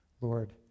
Lord